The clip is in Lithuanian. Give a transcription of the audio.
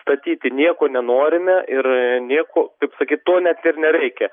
statyti nieko nenorime ir nieko kaip sakyt to net ir nereikia